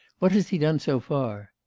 what has he done so far?